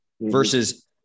Versus